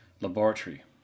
laboratory